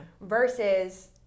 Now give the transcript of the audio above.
versus